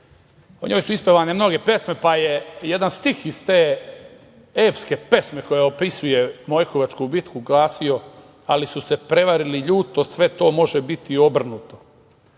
o njoj su ispevane mnoge pesme, pa je jedan stih iz te epske pesme koja opisuje Mojkovačku bitku, glasio - Ali su se prevarili ljuto, sve to može biti i obrnuto.E,